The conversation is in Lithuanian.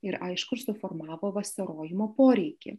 ir aišku ir suformavo vasarojimo poreikį